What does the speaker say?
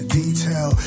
detail